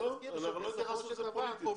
לא התייחסנו לזה כאל משהו פוליטי.